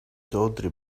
tawdry